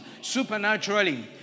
supernaturally